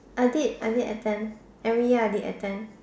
I did I did attend every year I did attend